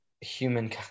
human